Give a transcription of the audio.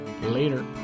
Later